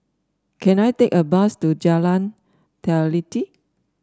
can I take a bus to Jalan Teliti